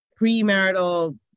premarital